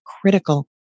critical